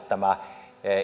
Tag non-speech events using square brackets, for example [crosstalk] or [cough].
[unintelligible] tämä